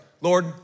Lord